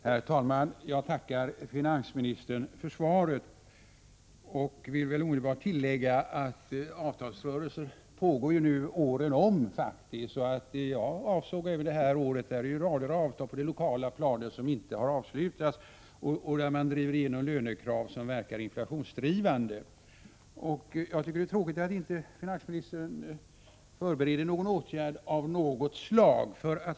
Herr talman! Jag tackar finansministern för svaret och vill omedelbart tillägga att avtalsrörelser numera pågår året om. Jag avsåg faktiskt år 1987. Det finns en rad förhandlingar på det lokala planet som ännu inte avslutats, och avtal sluts som verkar inflationsdrivande. Jag tycker det är tråkigt att inte finansministern förbereder åtgärder av något slag.